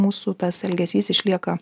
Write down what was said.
mūsų tas elgesys išlieka